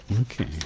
Okay